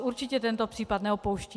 Určitě tento případ neopouštím.